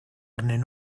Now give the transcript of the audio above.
arnyn